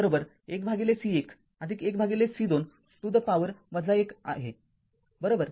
तर म्हणून येथे ते Ceq १ C१ १ C२ to the power १ आहे बरोबर